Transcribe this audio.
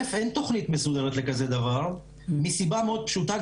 אין תוכנית מסודרת לכזה דבר מסיבה מאוד פשוטה,